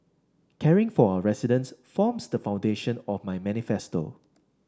caring for our residents forms the foundation of my manifesto